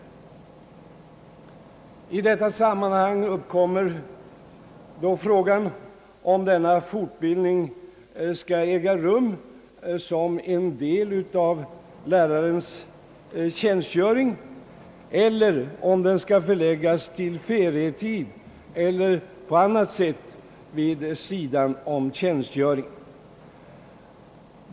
I detta sammanhang uppkommer frågan, om denna fortbildning skall äga rum som en del av lärarens tjänstgöring eller om den skall förläggas till ferietid eller på annat sätt vid sidan av tjänstgöringen.